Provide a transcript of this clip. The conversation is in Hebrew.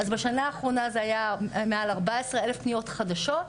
אז בשנה האחרונה זה היה מעל 14 אלף פניות חדשות,